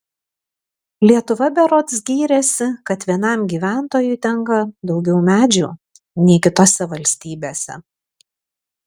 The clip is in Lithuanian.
lietuva berods gyrėsi kad vienam gyventojui tenka daugiau medžių nei kitose valstybėse